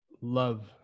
love